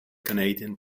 canadian